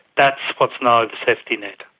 that's what's now the safety net.